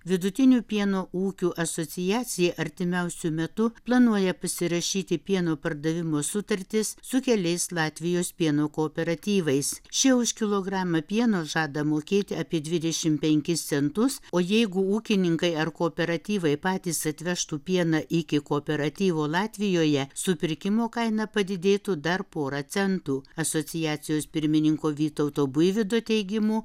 vidutinių pieno ūkių asociacija artimiausiu metu planuoja pasirašyti pieno pardavimo sutartis su keliais latvijos pieno kooperatyvais šie už kilogramą pieno žada mokėti apie dvidešim penkis centus o jeigu ūkininkai ar kooperatyvai patys atvežtų pieną iki kooperatyvo latvijoje supirkimo kaina padidėtų dar porą centų asociacijos pirmininko vytauto buivydo teigimu